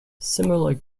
similar